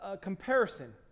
comparison